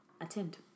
attend